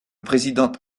président